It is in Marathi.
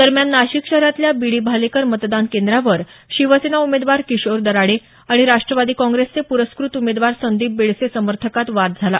दरम्यान नाशिक शहरातल्या बी डी भालेकर मतदान केंद्रावर शिवसेना उमेदवार किशोर दराडे आणि राष्ट्रवादी काँग्रेसचे पुरस्कृत उमेदवार संदीप बेडसे समर्थकांत वाद झाला